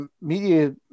media